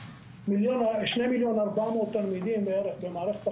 כ-2,400,000 תלמידים במערכת החינוך,